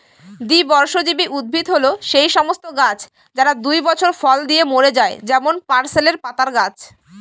দ্বিবর্ষজীবী উদ্ভিদ হল সেই সমস্ত গাছ যারা দুই বছর ফল দিয়ে মরে যায় যেমন পার্সলে পাতার গাছ